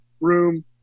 room